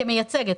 כמייצגת,